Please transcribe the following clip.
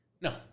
No